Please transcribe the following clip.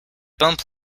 bump